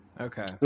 Okay